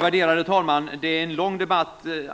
Värderade talman! En lång debatt är